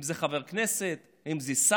אם זה חבר כנסת, אם זה שר,